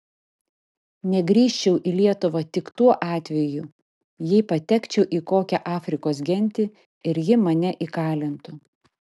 negrįžčiau į lietuvą tik tuo atveju jei patekčiau į kokią afrikos gentį ir ji mane įkalintų